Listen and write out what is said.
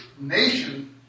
nation